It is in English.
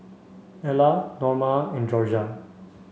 Ellar Norma and Jorja